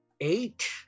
Eight